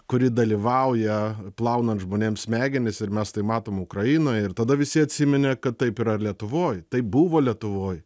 kuri dalyvauja plaunant žmonėm smegenis ir mes tai matom ukrainoj ir tada visi atsiminė kad taip yra lietuvoj tai buvo lietuvoj